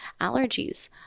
allergies